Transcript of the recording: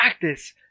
practice